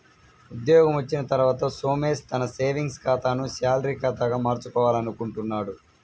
ఉద్యోగం వచ్చిన తర్వాత సోమేష్ తన సేవింగ్స్ ఖాతాను శాలరీ ఖాతాగా మార్చుకోవాలనుకుంటున్నాడు